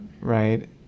Right